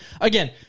again